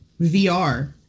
VR